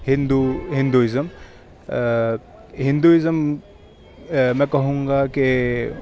ہندو ہندوازم ہندوازم میں کہوں گا کہ